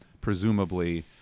presumably